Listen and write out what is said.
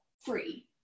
free